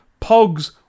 pogs